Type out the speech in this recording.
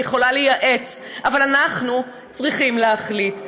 היא יכולה לייעץ, אבל אנחנו צריכים להחליט.